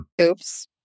Oops